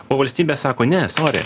o valstybė sako ne sory